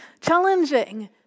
challenging